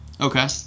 Okay